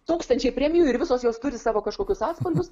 tūkstančiai premijų ir visos jos turi savo kažkokius atspalvius